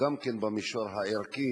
גם כן במישור הערכי.